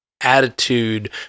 attitude